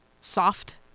soft